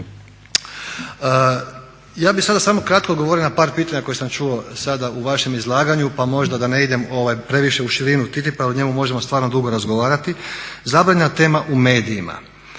Ja bih sada samo kratko odgovorio na par pitanja koje sam čuo sada u vašem izlaganju pa možda da ne idem previše u širinu TTIP-a jer o njemu možemo stvarno dugo razgovarati. Zabranjena tema u medijima.